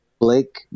Blake